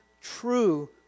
true